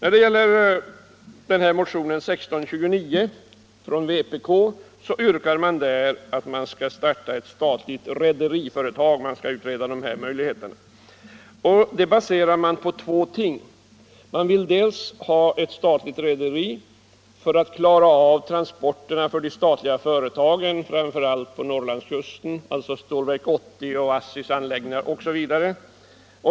I motionen 1629 från vpk yrkar man på en utredning om startande av ett statligt rederiföretag. Detta baserar man på två ting. Man vill ha ett statligt rederi för att klara av transporterna för de statliga företagen, framför allt på Norrlandskusten; alltså Stålverk 80, ASSI:s anläggningar osv.